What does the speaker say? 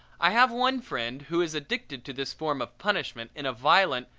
i have one friend who is addicted to this form of punishment in a violent,